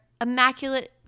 immaculate